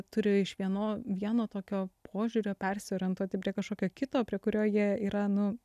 turi iš vieno vieno tokio požiūrio persiorientuoti prie kažkokio kito prie kurio jie yra nu